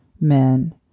men